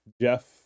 Jeff